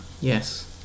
Yes